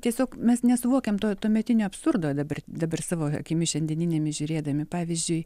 tiesiog mes nesuvokiam to tuometinio absurdo dabar dabar savo akimis šiandieniniame žiūrėdami pavyzdžiui